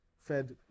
fed